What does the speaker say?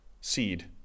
seed